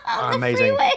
amazing